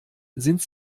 sind